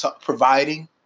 providing